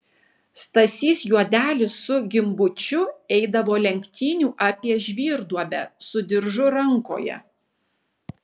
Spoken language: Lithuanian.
stasys juodelis su gimbučiu eidavo lenktynių apie žvyrduobę su diržu rankoje